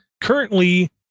Currently